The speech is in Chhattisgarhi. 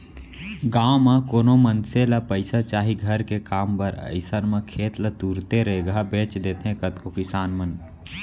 गाँव म कोनो मनसे ल पइसा चाही घर के काम बर अइसन म खेत ल तुरते रेगहा बेंच देथे कतको किसान